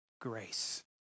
grace